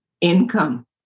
income